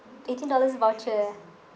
eighteen dollars voucher